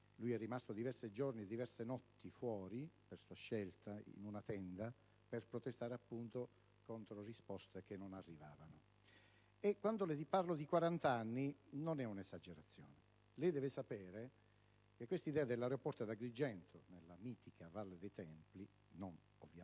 è rimasto diversi giorni e notti, per sua scelta, in una tenda, per protestare contro risposte che non arrivavano. Quando le parlo di 40 anni non esagero, perché deve sapere che questa idea dell'aeroporto di Agrigento, nella mitica Valle dei templi - non ovviamente